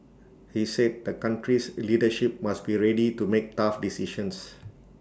he said the country's leadership must be ready to make tough decisions